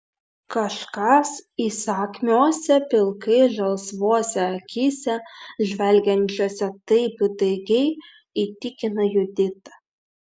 kažkas įsakmiose pilkai žalsvose akyse žvelgiančiose taip įtaigiai įtikino juditą